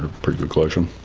pretty good collection.